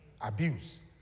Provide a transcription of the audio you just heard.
abuse